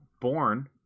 born